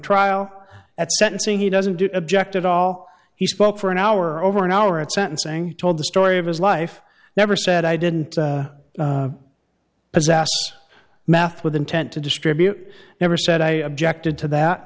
trial at sentencing he doesn't do object at all he spoke for an hour over an hour at sentencing told the story of his life never said i didn't possess math with intent to distribute never said i objected to that